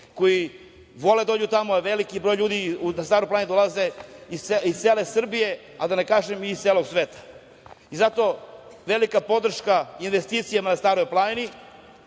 koji vole da dođu tamo. Veliki broj ljudi na Staru planinu dolaze iz cele Srbije, a da ne kažem i iz celog sveta. Zato velika podrška investicijama na Staroj planini,